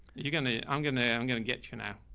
you're going to, i'm gonna, i'm gonna get you now.